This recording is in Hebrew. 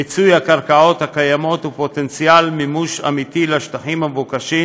מיצוי הקרקעות הקיימות ופוטנציאל מימוש אמיתי לשטחים המבוקשים,